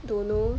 don't know